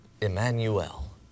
Emmanuel